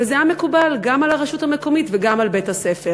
וזה היה מקובל גם על הרשות המקומית וגם על בית-הספר.